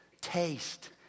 taste